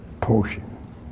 portion